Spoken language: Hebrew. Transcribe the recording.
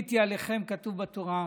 ופניתי אֲלֵיכם" כתוב בתורה,